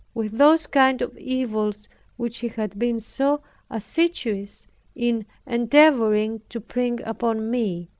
with those kind of evils which he had been so assiduous in endeavoring to bring upon me.